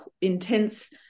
intense